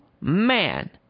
man